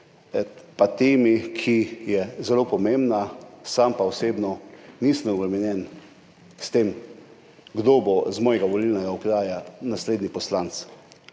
pa temi, ki je zelo pomembna. Sam pa osebno nisem obremenjen s tem, kdo bo iz mojega volilnega okraja naslednji poslanec.